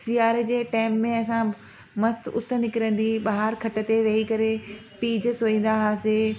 सियारे जे टेम में असां मस्तु उस निकरंदी हुई ॿाहिर खट ते वेही करे पीज सोहींदा हुआसीं